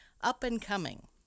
Up-and-coming